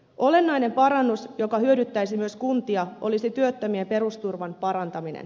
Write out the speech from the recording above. olennainen parannus joka hyödyttäisi myös kuntia olisi työttömien perusturvan parantaminen